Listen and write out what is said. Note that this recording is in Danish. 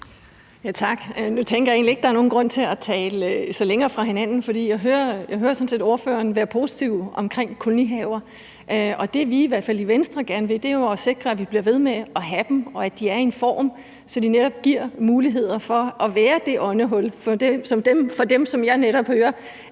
Nu tænker jeg egentlig ikke, at der er nogen grund til at tale sig længere væk fra hinanden, for jeg hører sådan set ordføreren være positiv omkring kolonihaver. Det, vi i hvert fald i Venstre gerne vil, er jo at sikre, at vi bliver ved med at have dem, og at de er i en form, så de netop giver muligheder for at være det åndehul for dem, som jeg netop hører